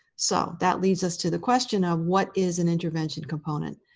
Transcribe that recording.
so that leads us to the question of, what is an intervention component?